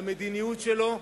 במדיניות שלו,